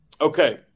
Okay